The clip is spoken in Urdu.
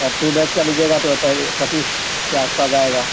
اور ٹو بیس کا لیجیے گا تو پ پچیس کے آس پاس آائے گا